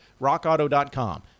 rockauto.com